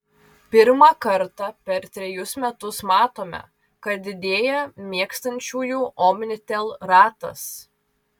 pirmą kartą per trejus metus matome kad didėja mėgstančiųjų omnitel ratas